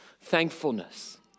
thankfulness